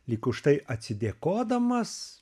lyg už tai atsidėkodamas